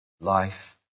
life